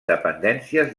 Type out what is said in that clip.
dependències